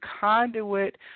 conduit